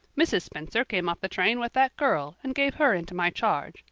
mrs. spencer came off the train with that girl and gave her into my charge.